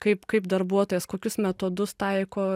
kaip kaip darbuotojas kokius metodus taiko